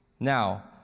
Now